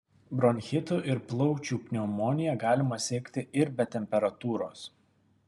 bronchitu ir plaučių pneumonija galima sirgti ir be temperatūros